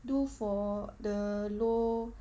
do for the low